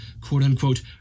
quote-unquote